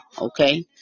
okay